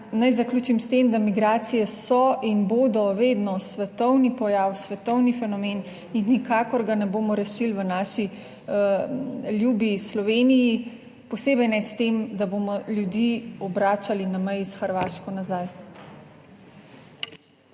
naj zaključim s tem, da migracije so in bodo vedno svetovni pojav, svetovni fenomen in nikakor ga ne bomo rešili v naši ljubi Sloveniji, posebej ne s tem, da bomo ljudi obračali na meji s Hrvaško nazaj.